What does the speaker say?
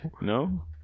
no